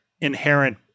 inherent